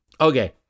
Okay